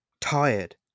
tired